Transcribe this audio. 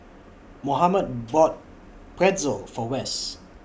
Mohamed bought Pretzel For Wess